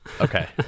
okay